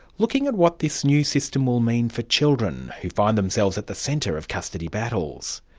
looking at what this new system will mean for children who find themselves at the centre of custody battles.